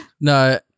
No